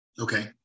Okay